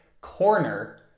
corner